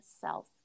self